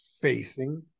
facing